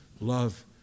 love